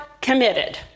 committed